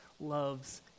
loves